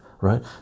right